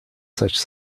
such